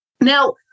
Now